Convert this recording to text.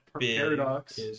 Paradox